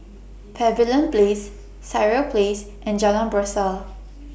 Pavilion Place Sireh Place and Jalan Berseh